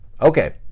okay